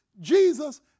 Jesus